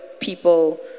people